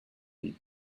read